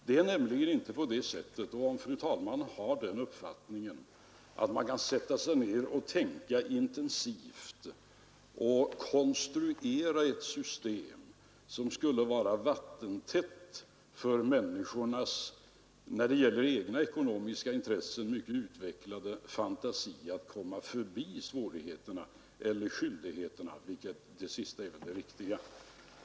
Det är nämligen inte på det sättet — om fru talmannen har den uppfattningen — att man kan sätta sig ned och tänka intensivt och konstruera ett system som skulle vara vattentätt mot människornas när det gäller egna ekonomiska intressen mycket utvecklade fantasi att komma förbi skyldigheterna.